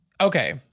Okay